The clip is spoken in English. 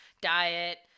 diet